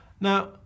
Now